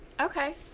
Okay